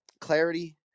clarity